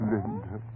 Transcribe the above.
Linda